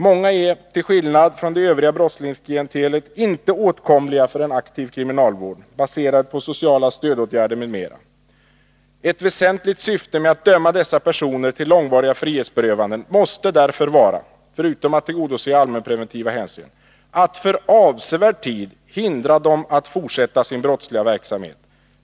Många är till skillnad från det övriga brottslingsklientelet inte åtkomliga för en aktiv kriminalvård, baserad på sociala stödåtgärder m.m. Ett väsentligt syfte med att döma dessa personer till långvariga frihetsberövanden måste därför vara — förutom att tillgodose allmänpreventiva hänsyn — att för avsevärd tid hindra dem att fortsätta sin brottsliga verksamhet.